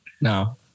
No